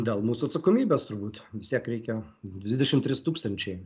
dėl mūsų atsakomybės turbūt vis tiek reikia dvidešimt trys tūkstančiai